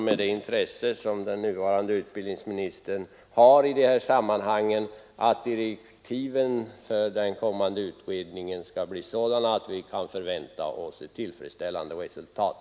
Med det intresse som den nuvarande utbildningsministern har för frågor av detta slag är jag förvissad om att direktiven för den kommande utredningen skall bli sådana att vi kan förvänta oss ett tillfredsställande resultat.